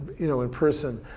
you know in person,